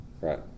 Right